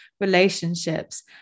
relationships